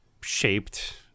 shaped